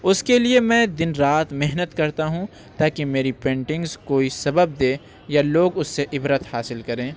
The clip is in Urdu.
اُس کے لیے میں دِن رات محنت کرتا ہوں تاکہ میری پینٹنگس کوئی سبق دے یا لوگ اُس سے عبرت حاصل کریں